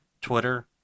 Twitter